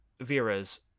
Vera's